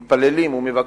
מתפללים ומבקרים,